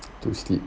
to sleep